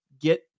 Get